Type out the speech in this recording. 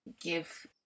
give